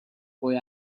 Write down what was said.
boy